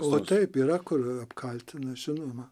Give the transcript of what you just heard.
o taip yra kur apkaltina žinoma